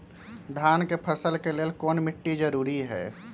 धान के फसल के लेल कौन मिट्टी जरूरी है?